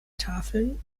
tafeln